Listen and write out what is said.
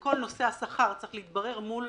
וכל נושא השכר צריך להתברר מול